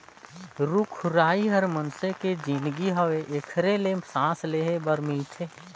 रुख राई हर मइनसे के जीनगी हवे एखरे ले सांस लेहे बर मिलथे